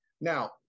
Now